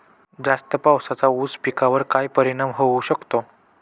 जास्त पावसाचा ऊस पिकावर काय परिणाम होऊ शकतो?